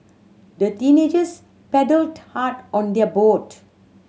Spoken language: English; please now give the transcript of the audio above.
the teenagers paddled hard on their boat